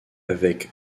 avec